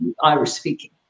Irish-speaking